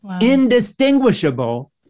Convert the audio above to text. Indistinguishable